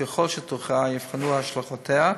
וככל שתוכרע ייבחנו השלכותיה,